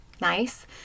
nice